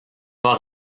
pas